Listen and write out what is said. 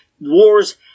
wars